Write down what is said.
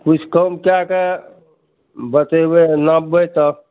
किछु कम कए कऽ बतयबै नापबै तऽ